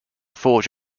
forge